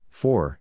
four